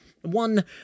one